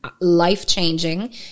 life-changing